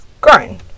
grown